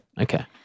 Okay